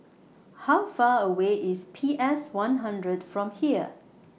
How Far away IS P S one hundred from here